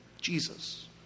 Jesus